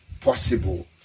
possible